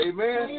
Amen